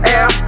Air